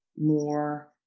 more